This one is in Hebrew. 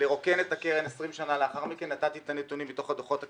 לרוקן את הקרן 20 שנה לאחר מכן נתתי את הנתונים מתוך הדוחות הכספיים,